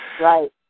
Right